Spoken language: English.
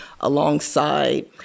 alongside